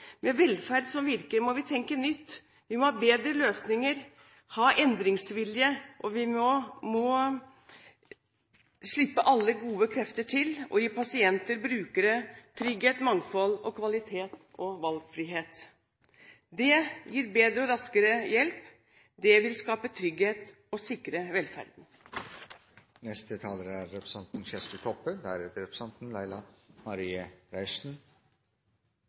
med velferd som virker, må vi tenke nytt. Vi må ha bedre løsninger, ha endringsvilje, og vi må slippe alle gode krefter til og gi pasienter og brukere trygghet, mangfold, kvalitet og valgfrihet. Det gir bedre og raskere hjelp. Det vil skape trygghet og sikre velferden. Etter å ha høyrt på debatten er